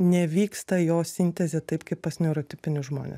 nevyksta jo sintezė taip kaip pas neurotipinius žmones